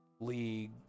league